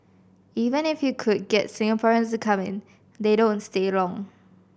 even if you could get Singaporeans to come in they don't stay long